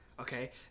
okay